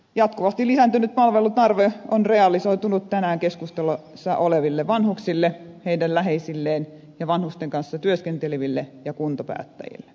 jatkuvasti lisääntynyt palvelutarve on realisoitunut tänään keskustelussa oleville vanhuksille heidän läheisilleen ja vanhusten kanssa työskenteleville ja kuntapäättäjille